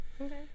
okay